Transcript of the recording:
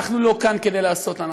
אנחנו לא כאן כדי לעשות הנחה.